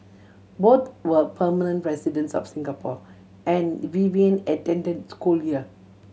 both were permanent residents of Singapore and Vivian attended school here